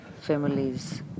families